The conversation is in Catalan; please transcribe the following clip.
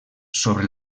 sobre